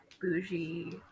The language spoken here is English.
bougie